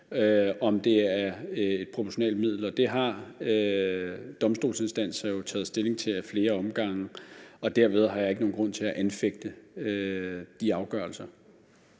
om det er et proportionalt middel. Det har domstolsinstanser jo taget stilling til ad flere omgange, og derfor har jeg ikke nogen grund til at anfægte de afgørelser.